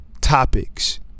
topics